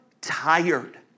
tired